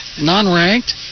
non-ranked